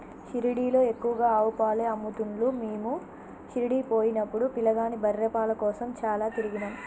షిరిడీలో ఎక్కువగా ఆవు పాలే అమ్ముతున్లు మీము షిరిడీ పోయినపుడు పిలగాని బర్రె పాల కోసం చాల తిరిగినం